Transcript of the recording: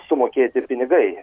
sumokėti pinigai